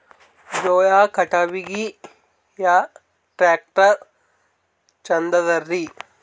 ಜೋಳ ಕಟಾವಿಗಿ ಯಾ ಟ್ಯ್ರಾಕ್ಟರ ಛಂದದರಿ?